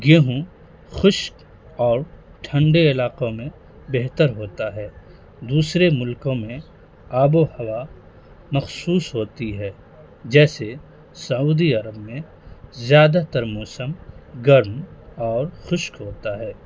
گیہوں خشک اور ٹھنڈے علاقوں میں بہتر ہوتا ہے دوسرے ملکوں میں آب و ہوا مخصوص ہوتی ہے جیسے سعودی عرب میں زیادہ تر موسم گرم اور خشک ہوتا ہے